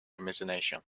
imagination